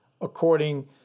according